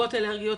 מתגובות אלרגיות,